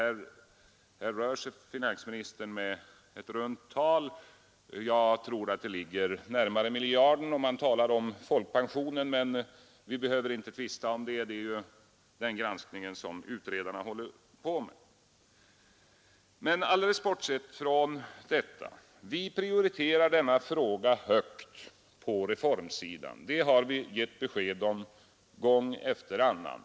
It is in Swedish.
Här rör sig finansministern med ett runt tal. Jag tror att siffran ligger närmare miljarden. om man talar om folkpensionen. Men vi behöver inte tvista därom. Det är ju den granskning som utredarna håller på med. Alldeles bortsett från detta prioriterar vi inom centern denna fråga högt på reformsidan. Det har vi gett besked om gång efter annan.